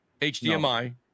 HDMI